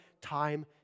time